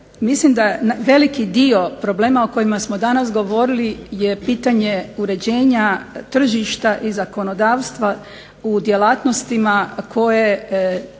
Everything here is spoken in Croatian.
mislim da je veliki dio problema o kojima smo danas govorili je pitanje uređenja tržišta i zakonodavstva u djelatnostima koje